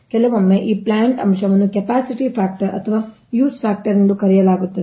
ಕೆಲವೊಮ್ಮೆ ಈ ಪ್ಲಾಂಟ್ ಅಂಶವನ್ನು ಕ್ಯಾಪಸಿಟಿ ಫ್ಯಾಕ್ಟರ್ ಅಥವಾ ಯೂಸ್ ಫ್ಯಾಕ್ಟರ್ ಎಂದೂ ಕರೆಯಲಾಗುತ್ತದೆ